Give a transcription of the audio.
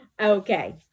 okay